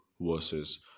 versus